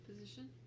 Position